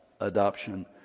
adoption